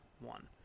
one